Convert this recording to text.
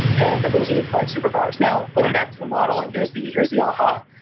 and but those are the five superpowers now, going back to the model and here's the here's the aha,